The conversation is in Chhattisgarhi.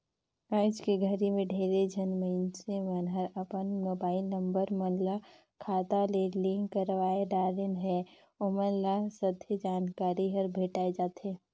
आइज के घरी मे ढेरे झन मइनसे मन हर अपन मुबाईल नंबर मन ल खाता ले लिंक करवाये दारेन है, ओमन ल सथे जानकारी हर भेंटाये जाथें